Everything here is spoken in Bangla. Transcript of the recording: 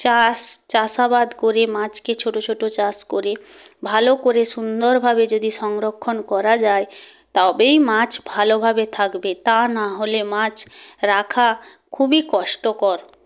চাষ চাষাবাদ করে মাছকে ছোট ছোট চাষ করে ভালো করে সুন্দরভাবে যদি সংরক্ষণ করা যায় তবেই মাছ ভালোভাবে থাকবে তা নাহলে মাছ রাখা খুবই কষ্টকর